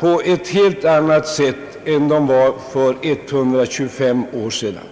på ett helt annat sätt än de var för 125 år sedan.